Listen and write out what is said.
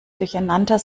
durcheinander